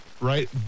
right